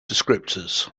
descriptors